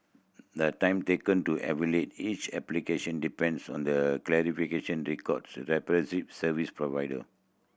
the time taken to evaluate each application depends on the clarification service provider